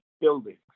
buildings